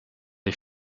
les